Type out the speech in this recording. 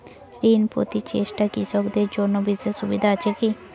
ঋণ পাতি চেষ্টা কৃষকদের জন্য বিশেষ সুবিধা আছি কি?